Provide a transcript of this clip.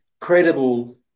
credible